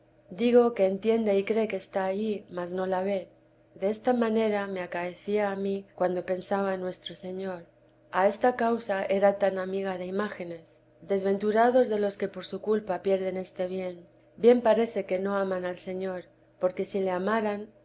digo que entiende y cree que está allí mas no la ve de esta manera me acaecía a mí cuando pensaba en nuestro señor a esta causa era tan amiga de imágenes desventurados de los que por su culpa pierden este bien bien parece que no aman al señor porque si le amaran